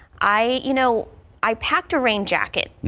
i you know i packed a rain jacket.